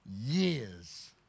years